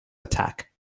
attack